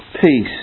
peace